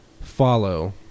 follow